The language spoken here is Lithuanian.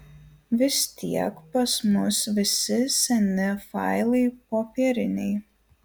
vis tiek pas mus visi seni failai popieriniai